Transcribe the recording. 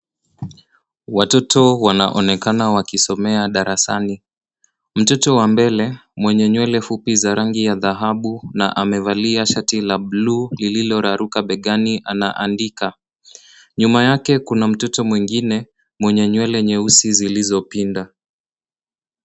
Watoto wanaonekana wakisomea darasani. Mtoto wa mbele mwenye nywele fupi za rangi ya dhahabu na amevalia shati la buluu lililoraruka begani anaandika. Nyuma yake kuna mtoto mwingine mwenye nywele zilizopinda.